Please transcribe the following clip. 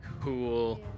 Cool